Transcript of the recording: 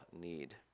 need